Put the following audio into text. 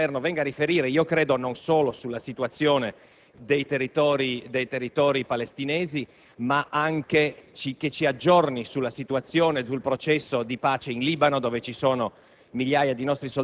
giusto che il Governo venga a riferire e - io credo - non solo sulla situazione dei Territori palestinesi, ma anche, aggiornandoci, sulla situazione e sul processo di pace in Libano, dove sono